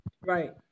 Right